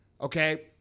Okay